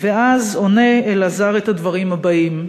ואז עונה אלעזר את הדברים הבאים: